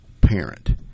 parent